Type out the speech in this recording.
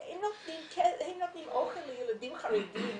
יד אליעזר הם נותנים אוכל לילדים חרדים,